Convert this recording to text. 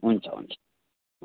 हुन्छ हुन्छ